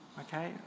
Okay